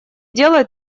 дело